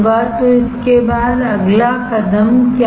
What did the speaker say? तो इसके बाद अगला कदम क्या है